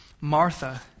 Martha